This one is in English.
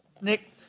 Nick